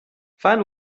fun